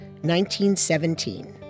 1917